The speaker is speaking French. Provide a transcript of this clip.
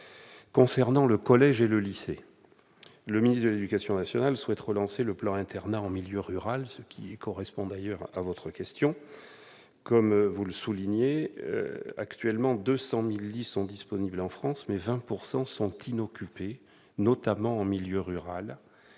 concerne le collège et le lycée, le ministre de l'éducation nationale souhaite relancer le plan Internat en milieu rural, ce qui correspond à votre question. Actuellement, 200 000 lits sont disponibles en France, mais 20 % sont inoccupés, notamment en milieu rural.